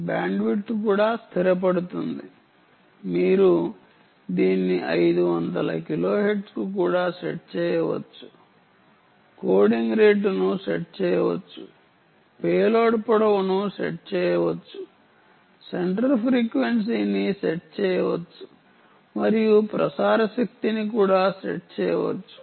bandwidth కూడా స్థిరపడుతుంది మీరు దీన్ని 500 కిలోహెర్ట్జ్కు కూడా సెట్ చేయవచ్చు కోడింగ్ రేటును సెట్ చేయవచ్చు పేలోడ్ పొడవును సెట్ చేయవచ్చు సెంటర్ ఫ్రీక్వెన్సీని సెట్ చేయవచ్చు మరియు ప్రసార శక్తిని కూడా సెట్ చేయవచ్చు